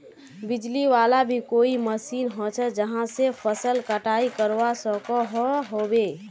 बिजली वाला भी कोई मशीन होचे जहा से फसल कटाई करवा सकोहो होबे?